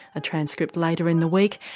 a transcript later in the week.